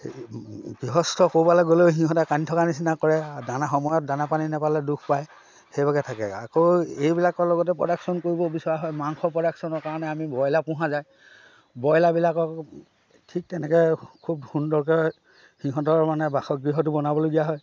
গৃহস্থ ক'ৰবালৈ গ'লে সিহঁতে কান্দি থকাৰ নিচিনা কৰে দানা সময়ত দানা পানী নাপালে দুখ পায় সেইভাগে থাকে আকৌ এইবিলাকৰ লগতে প্ৰডাকশ্যন কৰিব বিচৰা হয় মাংস প্ৰডাকশ্যনৰ কাৰণে আমি বইলাৰ পোহা যায় বইলাৰ বিলাককো ঠিক তেনেকৈ খুব সুন্দৰকৈ সিহঁতৰ মানে বাসগৃহটো বনাবলগীয়া হয়